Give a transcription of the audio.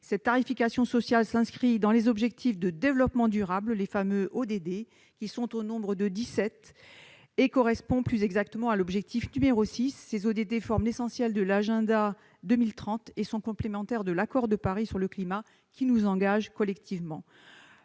Cette tarification sociale s'inscrit dans les objectifs de développement durable, les fameux ODD, qui sont au nombre de 17. Elle correspond plus exactement à l'objectif n° 6. Ces ODD forment l'essentiel de l'agenda 2030 et sont complémentaires de l'accord de Paris sur le climat, qui nous engage collectivement.